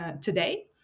today